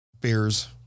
beers